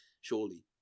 Surely